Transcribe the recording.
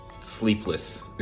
Sleepless